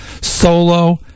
solo